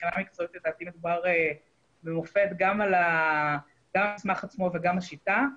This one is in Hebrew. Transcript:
מבחינה מקצועית לדעתי מדובר במופת גם על סמך עצמו וגם השיטה.